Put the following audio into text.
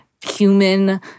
human